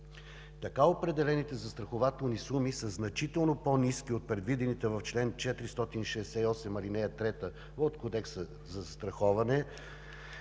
Така определените застрахователни суми са значително по-ниски от предвидените в чл. 468, ал. 3 от Кодекса за застраховане,